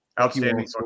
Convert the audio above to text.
Outstanding